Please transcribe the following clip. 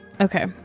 Okay